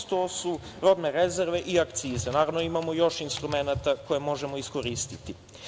To su robne rezerve i akcize, naravno imamo još instrumenata koje možemo iskoristiti.